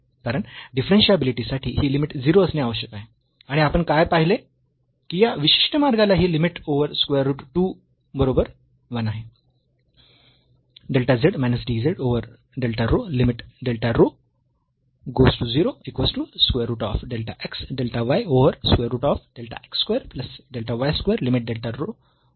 कारण डिफरन्शियाबिलीटी साठी ही लिमिट 0 असणे आवश्यक आहे आणि आपण काय पाहिले की या विशिष्ट मार्गाला ही लिमिट ओव्हर स्क्वेअर रूट 2 बरोबर 1 आहे